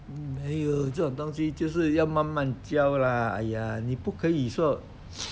mm !haiyo! 这种东西就是要慢慢教 lah !aiya! 你不可以说